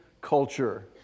culture